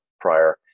prior